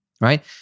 right